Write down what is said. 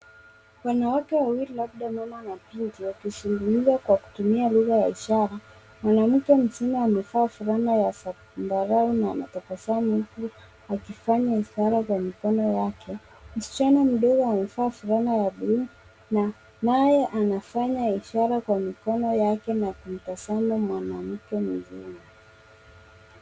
Wanawake wawili, labda mama na binti, wakizungumza kwa kutumia lugha ya ishara. Mwanamke mzima amevaa fulana ya zambarau na anatabasamu, huku akifanya ishara za mikono yake. Msichana mdogo ameva fulana ya blue , naye anafanya ishara kwa mikono yake na kumtazama mwanamke mzima.